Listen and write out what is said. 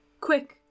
Quick